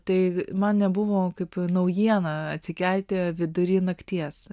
tai man nebuvo kaip naujiena atsikelti vidury nakties